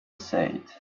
said